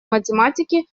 математики